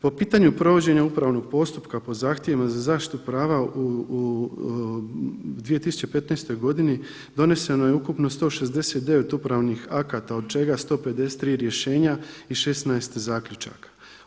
Po pitanju provođenja upravnog postupka po zahtjevima za zaštitu prava u 2015. godini doneseno je ukupno 169 upravnih akata od čega 153 rješenja i 16 zaključaka.